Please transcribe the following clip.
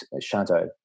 shadow